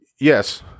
Yes